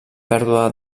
pèrdua